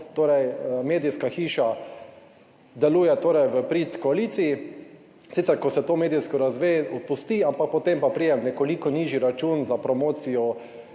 medijska hiša deluje torej v prid koaliciji, sicer, ko se to medijsko razve, opusti, ampak potem pa pride nekoliko nižji račun za promocijo,